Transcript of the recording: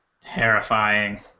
terrifying